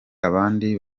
abandi